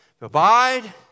abide